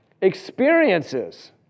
experiences